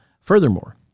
Furthermore